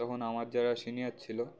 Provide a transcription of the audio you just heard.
তখন আমার যারা সিনিয়র ছিল